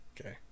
okay